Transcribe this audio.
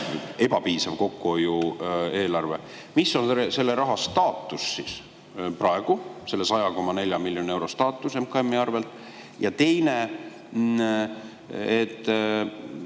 ebapiisav kokkuhoiu eelarve. Mis on selle raha staatus praegu, selle 100,4 miljoni euro staatus MKM‑i arvel? Ja teine